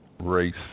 race